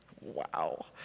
Wow